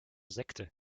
sekte